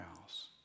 house